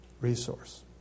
resource